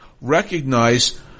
recognize